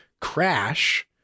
Crash